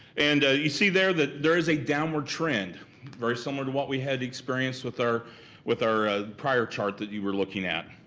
and you see there that there is a downward trend very similar to what we had experienced with our with our prior chart that you were looking at.